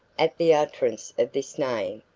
at the utterance of this name,